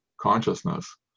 consciousness